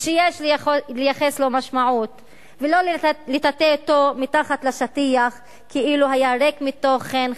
ויש לייחס לו משמעות ולא לטאטא אותו מתחת לשטיח כאילו היה ריק מתוכן,